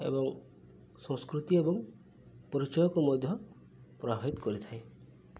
ଏବଂ ସଂସ୍କୃତି ଏବଂ ପରିଚୟକୁ ମଧ୍ୟ ପ୍ରଭାବିତ କରିଥାଏ